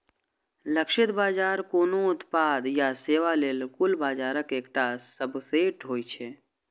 लक्षित बाजार कोनो उत्पाद या सेवा लेल कुल बाजारक एकटा सबसेट होइ छै